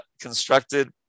constructed